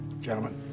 gentlemen